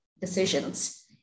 decisions